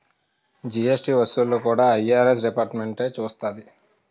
GST వసూళ్లు కూడా IRS డిపార్ట్మెంటే చూస్తాది